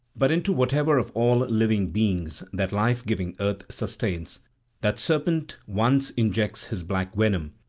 but into whatever of all living beings that life-giving earth sustains that serpent once injects his black venom,